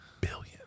billion